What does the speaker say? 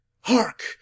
Hark